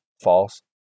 false